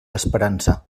esperança